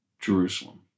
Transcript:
Jerusalem